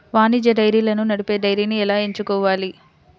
వాణిజ్య డైరీలను నడిపే డైరీని ఎలా ఎంచుకోవాలి?